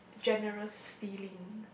generous feeling